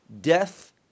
death